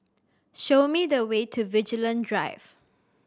show me the way to Vigilante Drive